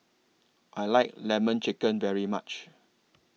I like Lemon Chicken very much